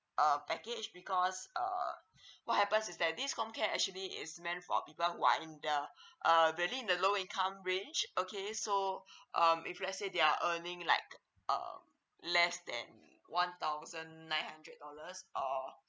uh package because uh what happens is that this comcare actually it's meant for people who are in the uh vary in the low income range okay so um if let's say they are earning like uh less than one thousand nine hundred dollars or